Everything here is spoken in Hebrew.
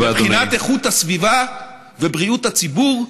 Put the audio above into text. מבחינת איכות הסביבה ובריאות הציבור,